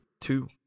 two